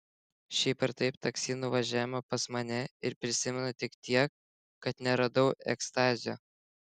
šiaip ar taip taksi nuvažiavome pas mane ir prisimenu tik tiek kad neradau ekstazio